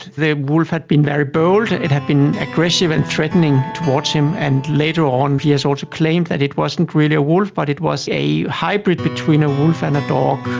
the wolf had been very bold, it had been aggressive and threatening towards him. and later on he has also claimed that it wasn't really a wolf but it was a hybrid between a wolf and a dog.